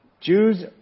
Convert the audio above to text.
Jews